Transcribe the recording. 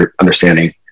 understanding